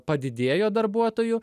padidėjo darbuotojų